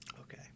Okay